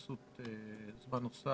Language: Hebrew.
קצין אג"ם פיקוד מרכז אלוף